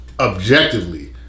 objectively